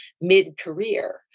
mid-career